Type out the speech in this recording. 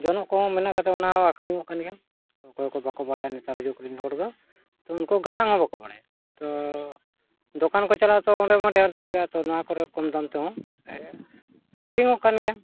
ᱡᱚᱱᱚᱜ ᱠᱚᱦᱚᱸ ᱵᱮᱱᱟᱜ ᱠᱟᱛᱮᱫ ᱚᱱᱟ ᱦᱚᱸ ᱟᱹᱠᱷᱟᱨᱤᱧᱚᱜ ᱠᱟᱱ ᱜᱮᱭᱟ ᱚᱠᱚᱭ ᱠᱚ ᱵᱟᱠᱚ ᱵᱟᱲᱟᱭᱟ ᱱᱮᱛᱟᱨ ᱡᱩᱜᱽ ᱨᱮᱱ ᱦᱚᱲ ᱫᱚ ᱛᱚ ᱩᱱᱠᱩ ᱜᱟᱞᱟᱝ ᱦᱚᱸ ᱵᱟᱠᱚ ᱵᱟᱲᱟᱭᱟ ᱛᱚ ᱫᱚᱠᱟᱱ ᱠᱚ ᱪᱟᱞᱟᱜᱼᱟ ᱛᱚ ᱚᱸᱰᱮ ᱢᱟ ᱰᱷᱮᱨ ᱫᱟᱢ ᱜᱮᱭᱟ ᱛᱚ ᱱᱚᱣᱟ ᱠᱚᱨᱮ ᱠᱚᱢ ᱫᱟᱢ ᱛᱮᱦᱚᱸ ᱠᱤᱨᱤᱧᱚᱜ ᱠᱟᱱ ᱜᱮᱭᱟ